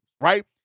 right